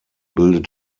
bildet